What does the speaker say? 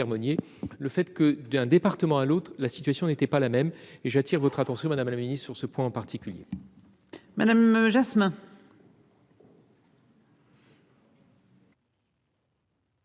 Le fait que d'un département à l'autre, la situation n'était pas la même et j'attire votre attention, madame la Ministre, sur ce point en particulier. Madame Jasmin.